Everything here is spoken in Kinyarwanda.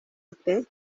ite